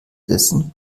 dessen